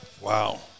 Wow